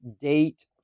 date